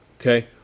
Okay